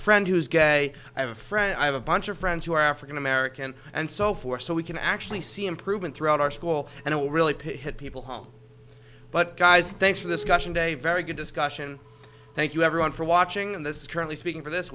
friend who's gay i have a friend i have a bunch of friends who are african american and so forth so we can actually see improvement throughout our school and it will really pit people home but guys thanks for this gushing day very good discussion thank you everyone for watching this currently speaking for this